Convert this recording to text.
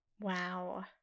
Wow